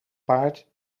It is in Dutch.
paard